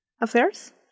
Affairs